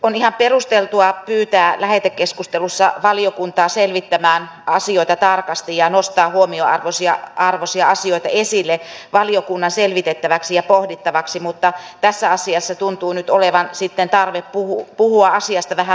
on ihan perusteltua pyytää lähetekeskustelussa valiokuntaa selvittämään asioita tarkasti ja nostaa huomionarvoisia asioita esille valiokunnan selvitettäväksi ja pohdittavaksi mutta tässä asiassa tuntuu nyt olevan sitten tarve puhua asiasta vähän laajemminkin